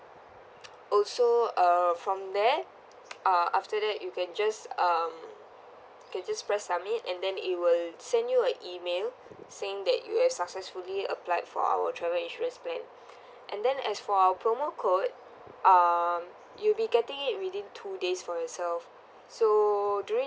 also err from there uh after that you can just um you just press submit and then it will send you a email saying that you had successfully applied for our travel insurance plan and then as for our promo code um you'll be getting it within two days for yourself so during